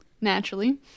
naturally